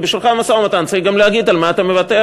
כי בשולחן המשא-ומתן צריך גם להגיד על מה אתה מוותר,